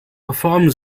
reformen